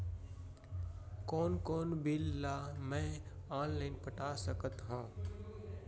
कोन कोन बिल ला मैं ऑनलाइन पटा सकत हव?